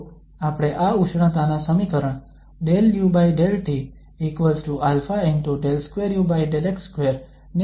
તો આપણે આ ઉષ્ણતાના સમીકરણ 𝜕u𝜕tα𝜕2u𝜕x2 ને ધ્યાનમાં લઈએ છીએ